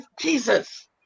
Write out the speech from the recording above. Jesus